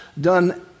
done